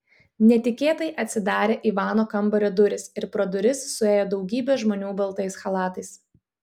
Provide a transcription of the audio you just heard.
netikėtai atsidarė ivano kambario durys ir pro duris suėjo daugybė žmonių baltais chalatais